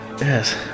Yes